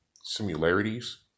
similarities